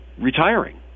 retiring